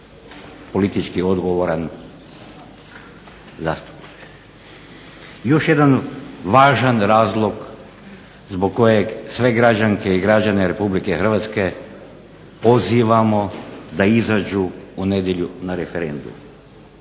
politički odgovoran zastupnik. Još jedan važan razlog zbog kojeg sve građanke i građane RH pozivamo da izađu u nedjelju na referendum.